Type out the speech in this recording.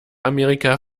amerika